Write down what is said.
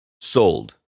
sold